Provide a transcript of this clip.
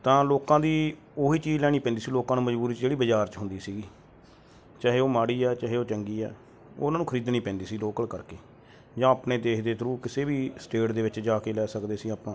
ਤਾਂ ਲੋਕਾਂ ਦੀ ਉਹ ਹੀ ਚੀਜ਼ ਲੈਣੀ ਪੈਂਦੀ ਸੀ ਲੋਕਾਂ ਨੂੰ ਮਜ਼ਬੂਰੀ 'ਚ ਜਿਹੜੀ ਬਜ਼ਾਰ 'ਚ ਹੁੰਦੀ ਸੀਗੀ ਚਾਹੇ ਉਹ ਮਾੜੀ ਆ ਚਾਹੇ ਉਹ ਚੰਗੀ ਆ ਉਹਨਾਂ ਨੂੰ ਖਰੀਦਣੀ ਪੈਂਦੀ ਸੀ ਲੋਕਲ ਕਰਕੇ ਜਾਂ ਆਪਣੇ ਦੇਸ਼ ਦੇ ਥਰੂ ਕਿਸੇ ਵੀ ਸਟੇਟ ਦੇ ਵਿੱਚ ਜਾ ਕੇ ਲੈ ਸਕਦੇ ਸੀ ਆਪਾਂ